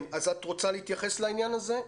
אז את רוצה להתייחס לעניין הזה?